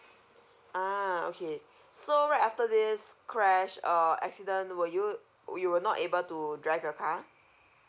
ah okay so right after this crash or accident were you you were not able to drive your car